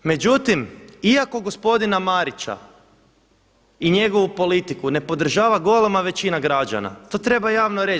Međutim, iako gospodina Marića i njegovu politiku ne podržava golema većina građana to treba javno reći.